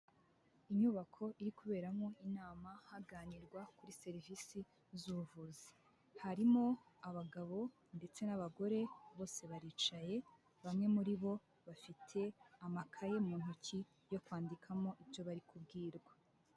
Inyubako iri kuberamo inama, haganirwa kuri serivisi z'ubuvuzi. Harimo abagabo ndetse n'abagore, bose baricaye, bamwe muri bo, bafite amakaye mu ntoki yo kwandikamo ibyo bari kubwirwa.